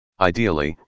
Ideally